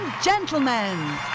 Gentlemen